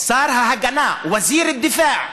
שר ההגנה, וזיר א-דיפאע.